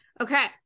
Okay